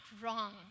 wrong